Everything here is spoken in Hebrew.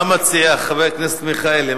מה מציע חבר הכנסת מיכאלי?